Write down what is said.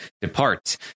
depart